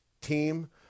team